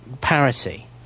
parity